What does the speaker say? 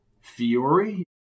Fiore